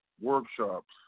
workshops